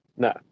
No